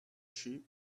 sheep